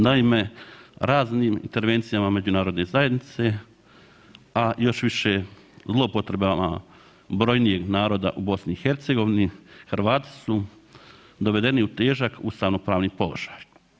Naime, raznim intervencijama međunarodne zajednice, a još više zloupotrebama brojnijeg naroda u BiH, Hrvati su dovedeni u težak ustavnopravni položaj.